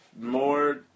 more